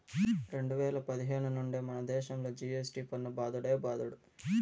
రెండు వేల పదిహేను నుండే మనదేశంలో జి.ఎస్.టి పన్ను బాదుడే బాదుడు